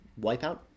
Wipeout